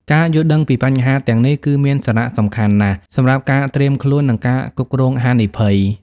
ការយល់ដឹងពីបញ្ហាទាំងនេះគឺមានសារៈសំខាន់ណាស់សម្រាប់ការត្រៀមខ្លួន និងការគ្រប់គ្រងហានិភ័យ។